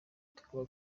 tugomba